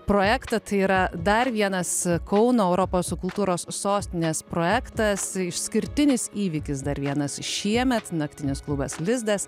projektą tai yra dar vienas kauno europos kultūros sostinės projektas išskirtinis įvykis dar vienas šiemet naktinis klubas lizdas